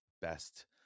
best